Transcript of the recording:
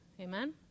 Amen